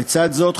לצד זאת,